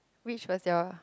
which was your